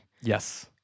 Yes